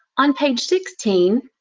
on page sixteen,